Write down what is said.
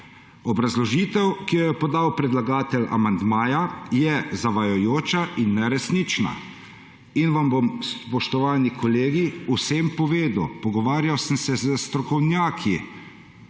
obrazložitev, ki jo je podal predlagatelj amandmaja, je zavajajoča in neresnična in vam bom, spoštovani kolegi, vsem povedal. Pogovarjal sem se s strokovnjaki